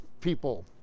people